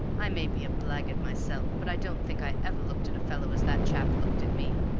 i may be a blackguard myself, but i don't think i ever looked at a fellow as that chap looked at me.